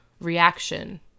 reaction